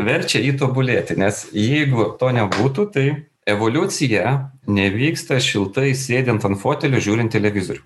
verčia jį tobulėti nes jeigu to nebūtų tai evoliucija nevyksta šiltai sėdint ant fotelio žiūrint televizorių